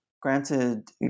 granted